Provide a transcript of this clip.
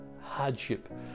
hardship